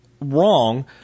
wrong